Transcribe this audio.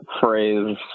phrase